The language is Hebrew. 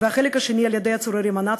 והחלק השני על-ידי הצוררים הנאצים,